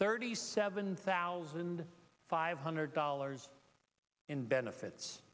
irty seven thousand five hundred dollars in benefits